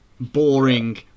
boring